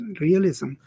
realism